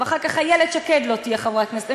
ואחר כך איילת שקד לא תהיה חברת כנסת.